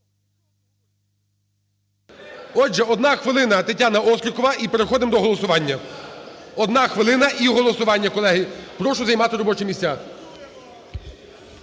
Отже, одна хвилина, ТетянаОстрікова. І переходимо до голосування. Одна хвилина – і голосування, колеги. Прошу займати робочі місця.